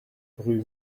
rue